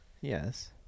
Yes